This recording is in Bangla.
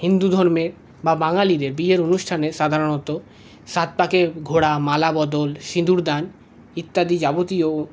হিন্দুধর্মের বা বাঙালিদের বিয়ের অনুষ্ঠানে সাধারণত সাত পাকে ঘোরা মালাবদল সিঁদুরদান ইত্যাদি যাবতীয়